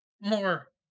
more